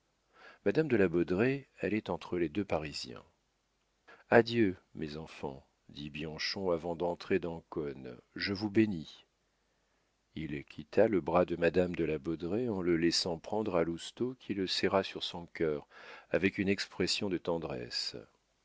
madame de la baudraye allait entre les deux parisiens adieu mes enfants dit bianchon avant d'entrer dans cosne je vous bénis il quitta le bras de madame de la baudraye en le laissant prendre à lousteau qui le serra sur son cœur avec une expression de tendresse